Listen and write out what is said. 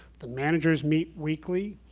the managers meet weekly.